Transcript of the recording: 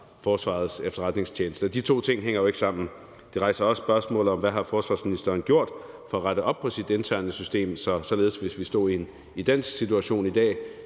Forsvarets Efterretningstjeneste. De to ting hænger jo ikke sammen. Det rejser også spørgsmålet: Hvad har forsvarsministeren gjort for at rette op på sit interne system, i forhold til om det, hvis vi stod i en identisk situation i dag,